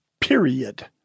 period